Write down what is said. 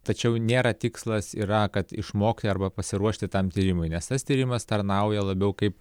tačiau nėra tikslas yra kad išmokai arba pasiruošti tam tyrimui nes tas tyrimas tarnauja labiau kaip